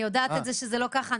אני יודעת שזה לא ככה,